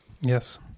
Yes